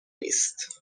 نیست